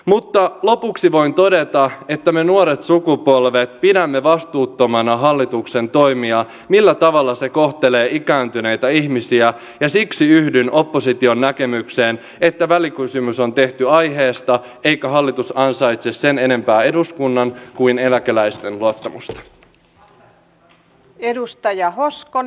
mutta lopuksi voin todeta että me nuoret sukupolvet pidämme vastuuttomana hallituksen toimia millä tavalla se kohtelee ikääntyneitä ihmisiä ja siksi yhdyn opposition näkemykseen että välikysymys on tehty aiheesta eikä hallitus ansaitse sen enempää eduskunnan kuin eläkeläisten luottamusta